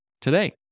today